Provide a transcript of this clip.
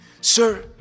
sir